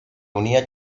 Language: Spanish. unía